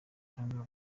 cyangwa